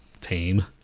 Tame